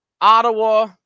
Ottawa